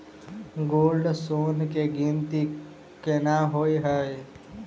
Gold loan केँ गिनती केना होइ हय?